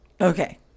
Okay